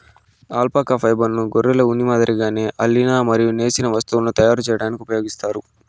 alpaca ఫైబర్ను గొర్రెల ఉన్ని మాదిరిగానే అల్లిన మరియు నేసిన వస్తువులను తయారు చేయడానికి ఉపయోగిస్తారు